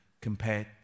compared